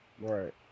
Right